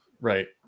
right